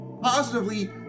positively